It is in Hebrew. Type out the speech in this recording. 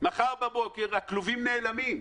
הכלובים נעלמים.